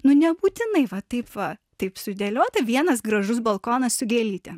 nu nebūtinai va taip va taip sudėliota vienas gražus balkonas su gėlytėm